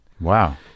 wow